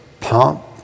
pomp